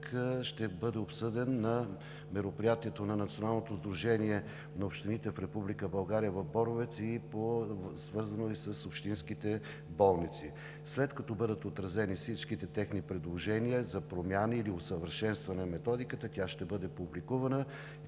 ще бъде обсъден на мероприятието на Националното сдружение на общините в Република България в Боровец, свързано и с общинските болници. След като бъдат отразени всички техни предложения за промени или усъвършенстване на Методиката, тя ще бъде публикувана.